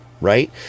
right